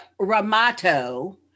Ramato